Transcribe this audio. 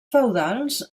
feudals